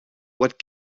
what